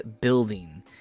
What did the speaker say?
building